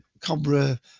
Cobra